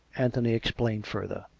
anthony explained further.